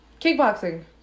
kickboxing